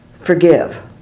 Forgive